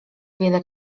wiele